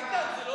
איתן, זה לא